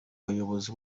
bayobozi